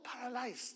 paralyzed